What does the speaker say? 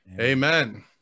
Amen